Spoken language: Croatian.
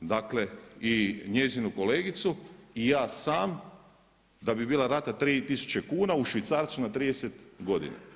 dakle i njezinu kolegicu i ja sam da bi bila rata 3000 kuna, u švicarcima 30 godina.